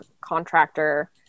contractor